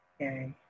Okay